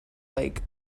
like